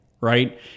right